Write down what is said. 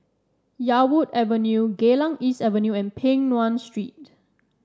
Yarwood Avenue Geylang East Avenue and Peng Nguan Street